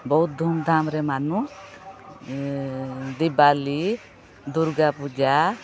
ବହୁତ ଧୁମ୍ଧାମ୍ରେ ମାନୁ ଦିୱାଲୀ ଦୁର୍ଗା ପୂଜା